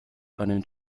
einen